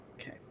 Okay